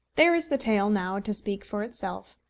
there is the tale now to speak for itself.